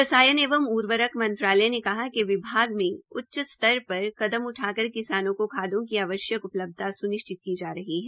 रसायन एवं उर्वरक मंत्रालय ने कहा कि विभाग में उच्च स्तर पर कदम उठाकर किसानों को खादों की आवश्यक उपलब्धता सुनिश्चित की जा रही है